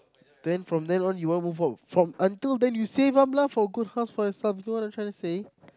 then from then on you want move out from until then you save up lah for good house for yourself you know what I'm trying to say